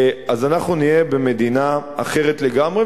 אז אנחנו נהיה במדינה אחרת לגמרי.